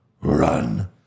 run